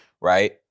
Right